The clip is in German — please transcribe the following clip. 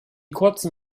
kurzen